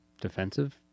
defensive